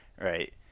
right